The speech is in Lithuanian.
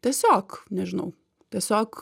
tiesiog nežinau tiesiog